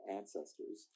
ancestors